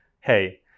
hey